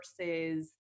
Versus